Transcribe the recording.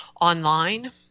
online